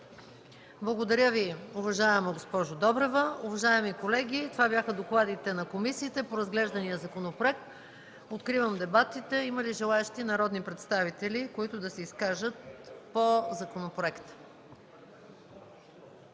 Благодаря Ви, уважаема госпожо Добрева. Уважаеми колеги, това бяха докладите на комисиите по разглеждания законопроект. Откривам дебатите. Има ли желаещи народни представители, които да се изкажат по законопроекта?